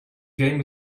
game